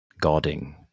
Guarding